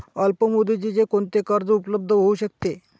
अल्पमुदतीचे कोणते कर्ज उपलब्ध होऊ शकते?